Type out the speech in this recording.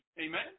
Amen